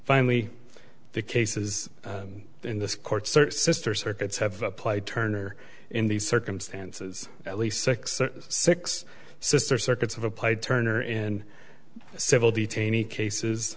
finally the cases in this court search sister circuits have applied turner in these circumstances at least six or six sister circuits have applied turner in civil detainee cases